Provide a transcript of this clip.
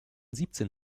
siebzehn